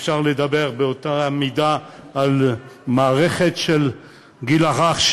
אפשר לדבר באותה מידה על המערכת של הגיל הרך,